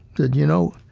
that you know,